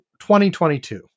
2022